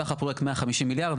סך הפרויקט 150 מיליארד,